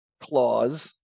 clause